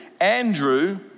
Andrew